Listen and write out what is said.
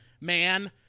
man